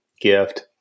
gift